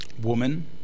Woman